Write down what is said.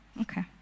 okay